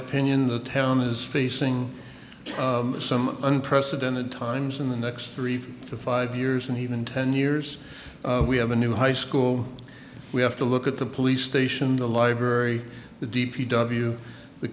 opinion the town is facing some unprecedented times in the next three to five years and even ten years we have a new high school we have to look at the police station the library the d p w the